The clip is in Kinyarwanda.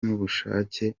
n’ubushake